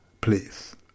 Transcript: please